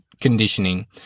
conditioning